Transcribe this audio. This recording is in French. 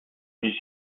mrs